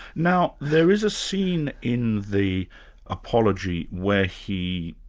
now there is a scene in the apology where he,